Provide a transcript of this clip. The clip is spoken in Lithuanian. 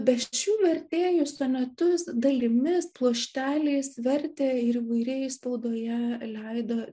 be šių vertėjų sonetus dalimis pluošteliais vertė ir įvairiai spaudoje leido